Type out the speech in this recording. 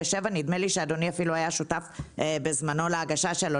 ונדמה לי שאדוני אפילו היה שותף בזמנו להגשה שלו,